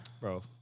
Bro